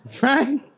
Right